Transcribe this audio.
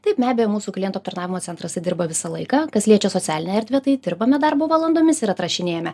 taip be abejo mūsų klientų aptarnavimo centras dirba visą laiką kas liečia socialinę erdvę tai dirbame darbo valandomis ir atrašinėjame